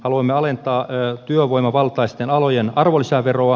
haluamme alentaa työvoimavaltaisten alojen arvonlisäveroa